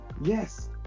yes